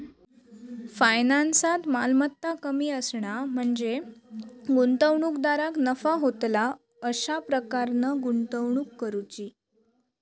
फायनान्सात, मालमत्ता कमी असणा म्हणजे गुंतवणूकदाराक नफा होतला अशा प्रकारान गुंतवणूक करुची